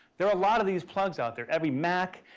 there are a lot of these plugs out there. every mac,